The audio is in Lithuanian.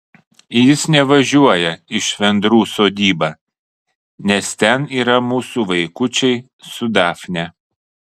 jis nevažiuoja į švendrų sodybą nes ten yra mūsų vaikučiai su dafne